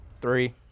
three